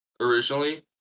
originally